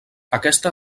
aquesta